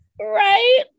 Right